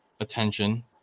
Attention